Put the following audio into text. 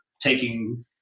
taking